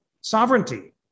sovereignty